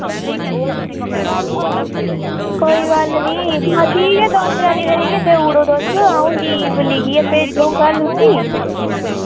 कोई गल्ल नी ठीक ऐ द'ऊं त्रै दिनें दी गै देऊड़ो तुस अ'ऊं लीव लिखियै भेजूंङ कल उस्सी